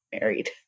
married